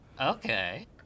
Okay